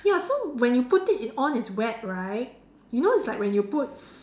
ya so when you put it it on it's wet right you know it's like when you put